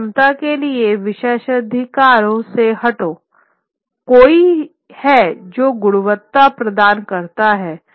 आप क्षमता के लिए विशेषाधिकार से हटो कोई है जो गुणवत्ता प्राप्त करता है